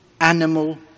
animal